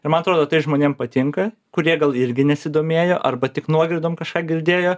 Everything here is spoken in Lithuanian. ir man atrodo tai žmonėm patinka kur jie gal irgi nesidomėjo arba tik nuogirdom kažką girdėjo